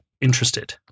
interested